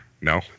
No